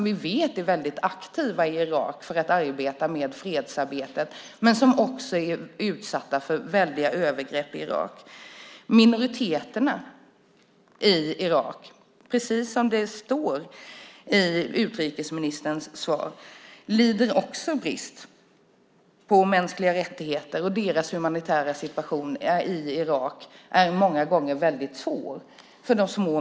Vi vet att de är aktiva i Irak med att arbeta i fredsarbetet, men de är också utsatta för övergrepp i Irak. Minoriteterna i Irak lider, precis som utrikesministern sade i sitt svar, också brist på mänskliga rättigheter. De små minoriteternas humanitära situation i Irak är många gånger svår.